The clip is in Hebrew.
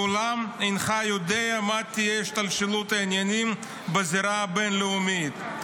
לעולם אינך יודע מה תהיה השתלשלות העניינים בזירה הבין-לאומית".